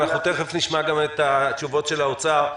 תיכף נשמע גם את התשובות של משרד האוצר.